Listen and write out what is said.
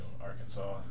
Arkansas